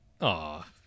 Aw